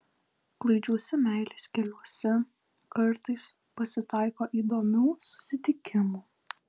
klaidžiuose meilės keliuose kartais pasitaiko įdomių susitikimų